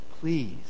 Please